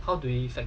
how do you like